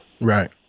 Right